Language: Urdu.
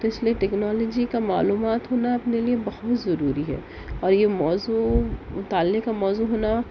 تو اس لئے ٹیکنالوجی کا معلومات ہونا اپنے لئے بہت ضروری ہے اور یہ موضوع مطالعے کا موضوع ہونا